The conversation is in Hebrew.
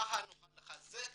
ככה נוכל לחזק